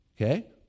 okay